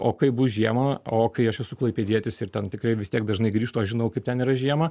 o kaip bus žiemą o kai aš esu klaipėdietis ir ten tikrai vis tiek dažnai grįžtu aš žinau kaip ten yra žiemą